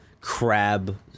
crab